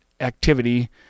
activity